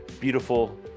beautiful